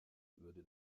würde